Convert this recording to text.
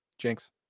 jinx